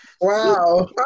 Wow